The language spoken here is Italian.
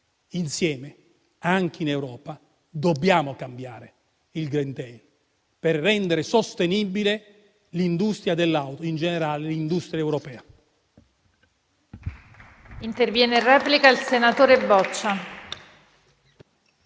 Insieme, anche in Europa, dobbiamo cambiare il *green deal* per rendere sostenibile l'industria dell'auto e, in generale, l'industria europea.